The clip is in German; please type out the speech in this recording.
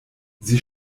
sie